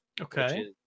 Okay